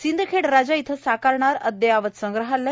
सिंधखेड राजा इथं साकारणार अद्ययावत संग्रहालय